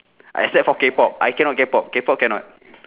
except for K-pop I cannot K-pop K-pop cannot